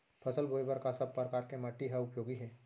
फसल बोए बर का सब परकार के माटी हा उपयोगी हे?